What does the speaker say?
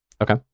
Okay